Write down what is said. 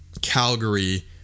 Calgary